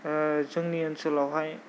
जोंनि ओनसोलावहाय